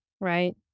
Right